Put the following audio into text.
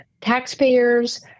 taxpayers